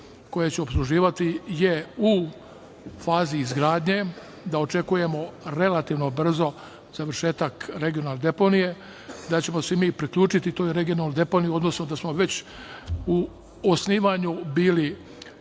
koje će opsluživati je u fazi izgradnji, da očekujemo relativno brzo završetak regionalne deponije, da ćemo se mi priključiti toj regionalnoj deponiji, odnosno da smo već u osnivanju bili